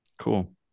cool